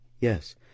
yes